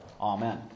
Amen